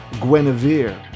Guinevere